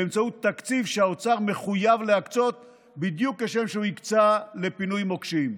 באמצעות תקציב שהאוצר מחויב להקצות בדיוק כשם שהוא הקצה לפינוי מוקשים.